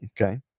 Okay